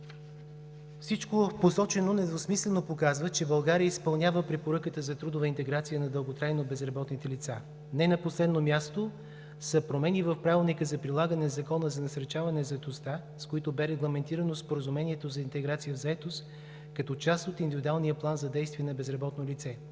Всичко посочено недвусмислено показва, че България изпълнява Препоръката за трудова интеграция на дълготрайно безработните лица. Не на последно място са промените в Правилника за прилагане на Закона за насърчаване на заетостта, с които бе регламентирано споразумението за интеграция в заетост, като част от индивидуалния план за действие на безработно лице.